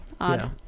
odd